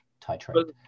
titrate